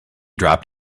dropped